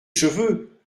cheveux